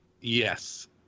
Yes